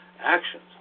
actions